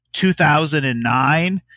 2009